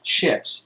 ships